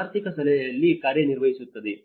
ಆರ್ಥಿಕ ಸಲಹೆಯಲ್ಲಿ ಕಾರ್ಯನಿರ್ವಹಿಸುತ್ತದೆ